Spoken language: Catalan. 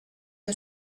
què